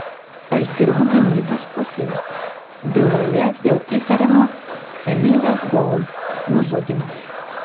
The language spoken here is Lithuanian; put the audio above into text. aš dirbu gynybos pusėje byloje dėl įtariamo emilės gold nužudymo